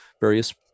various